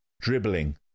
Dribbling